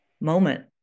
moment